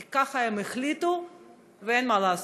כי ככה הם החליטו ואין מה לעשות.